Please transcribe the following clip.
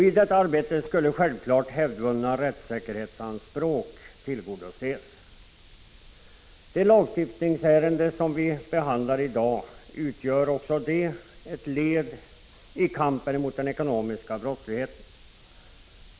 I detta arbete skulle självklart hävdvunna rättssäkerhetsanspråk tillgodoses. Det lagstiftningsärende som vi behandlar i dag utgör också det ett led i kampen mot den ekonomiska brottsligheten.